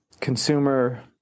consumer